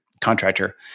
contractor